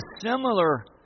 similar